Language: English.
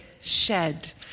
shed